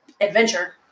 adventure